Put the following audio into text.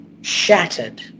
shattered